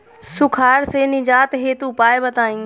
सुखार से निजात हेतु उपाय बताई?